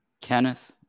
Kenneth